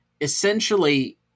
essentially